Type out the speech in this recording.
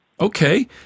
Okay